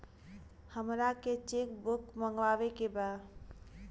हमारा के cheque book मगावे के बा?